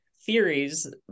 theories